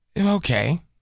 Okay